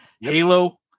Halo